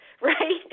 right